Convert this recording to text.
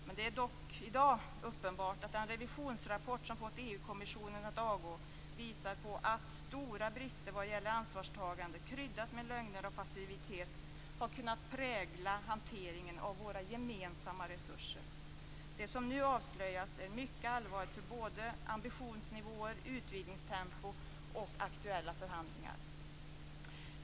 Men det är dock i dag uppenbart att den revisionsrapport som har fått EU kommissionen att avgå visar på att stora brister vad gäller ansvarstagande, kryddat med lögner och passivitet, har kunnat prägla hanteringen av våra gemensamma resurser. Det som nu har avslöjats är mycket allvarligt för både ambitionsnivåer, utvidgningstempo och aktuella förhandlingar.